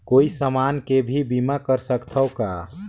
कोई समान के भी बीमा कर सकथव का?